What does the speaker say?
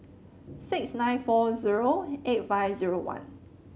six nine four zero eight five zero one